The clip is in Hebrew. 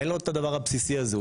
אין לו את הדבר הבסיסי הזה.